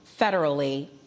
federally